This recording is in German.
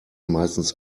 meistens